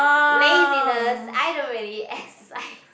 laziness I don't really exercise